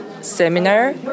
seminar